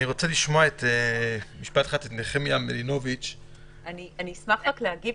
אני רוצה לשמוע את נחמיה מלינוביץ' --- אני אשמח להגיב,